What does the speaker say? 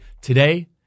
today